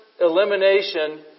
Elimination